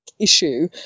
issue